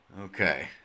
Okay